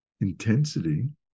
intensity